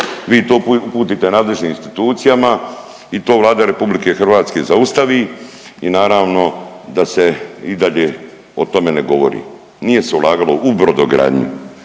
vi to uputite nadležnim institucijama i to Vlada RH zaustavi i naravno da se i dalje o tome ne govori. Nije se ulagalo u brodogradnju,